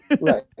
Right